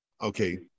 Okay